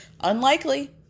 unlikely